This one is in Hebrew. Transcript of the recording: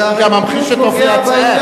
הוא גם ממחיש את אופי ההצעה.